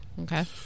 Okay